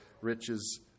riches